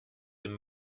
dem